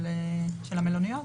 של המלוניות,